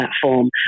platform